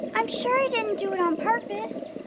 i'm sure he didn't do it on purpose.